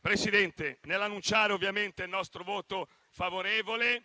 Presidente, annunciamo ovviamente il nostro voto favorevole e